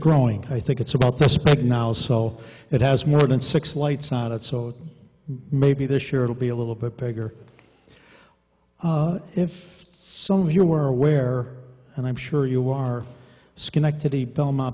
growing i think it's about this big now so it has more than six lights not it so maybe this year it'll be a little bit bigger if some here were aware and i'm sure you are schenectady belmont